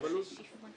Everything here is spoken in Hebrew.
הישיבה ננעלה בשעה